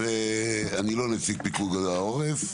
אני לא נציג פיקוד העורף,